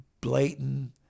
blatant